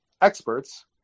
experts